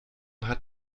hat